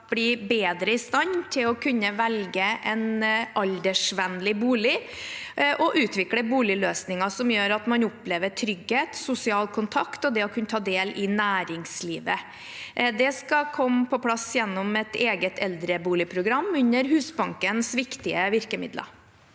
bli bedre i stand til å kunne velge en aldersvennlig bolig og utvikle boligløsninger som gjør at man opplever trygghet, sosial kontakt og det å kunne ta del i næringslivet. Det skal komme på plass gjennom et eget eldreboligprogram under Husbankens viktige virkemidler.